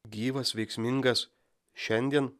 gyvas veiksmingas šiandien